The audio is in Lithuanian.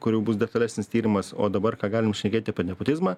kur jau bus detalesnis tyrimas o dabar ką galim šnekėti apie nepotizmą